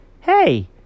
Hey